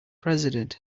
president